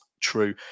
true